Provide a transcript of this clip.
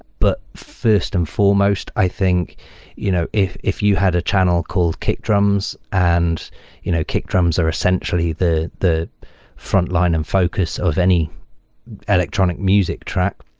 but first and foremost, i think you know if if you had a channel called kick drums, and you know kick drums are essentially the the frontline and focus of any electronic music track,